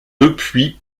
depuis